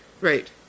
Right